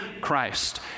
Christ